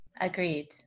Agreed